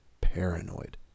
paranoid